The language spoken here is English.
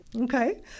Okay